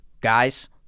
guys